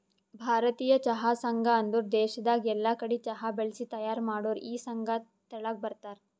ಭಾರತೀಯ ಚಹಾ ಸಂಘ ಅಂದುರ್ ದೇಶದಾಗ್ ಎಲ್ಲಾ ಕಡಿ ಚಹಾ ಬೆಳಿಸಿ ತೈಯಾರ್ ಮಾಡೋರ್ ಈ ಸಂಘ ತೆಳಗ ಬರ್ತಾರ್